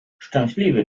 szczęśliwy